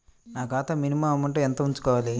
నా ఖాతా minimum amount ఎంత ఉంచుకోవాలి?